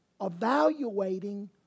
evaluating